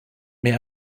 mehr